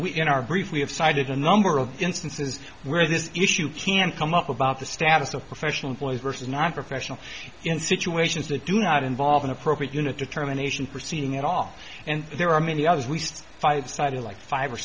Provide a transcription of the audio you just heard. we in our brief we have cited a number of instances where this issue can come up about the status of professional employees versus nonprofessional in situations that do not involve an appropriate unit determination proceeding at all and there are many others we saw five sided like five or